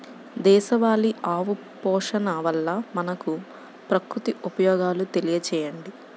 దేశవాళీ ఆవు పోషణ వల్ల మనకు, ప్రకృతికి ఉపయోగాలు తెలియచేయండి?